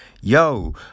yo